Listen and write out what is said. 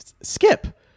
skip